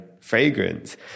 fragrance